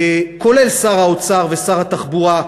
כולל שר האוצר ושר התחבורה,